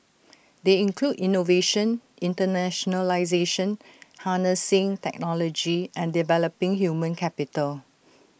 they include innovation internationalisation harnessing technology and developing human capital